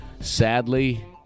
sadly